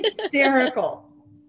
hysterical